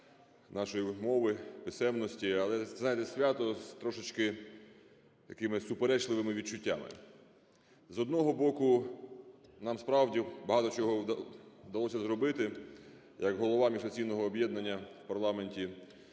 нашої мови, писемності. Але, знаєте, свято з трошечки такими суперечливими відчуттями. З одного боку, нам справді багато чого вдалося зробити. Як голова міжфракційного об'єднання в парламенті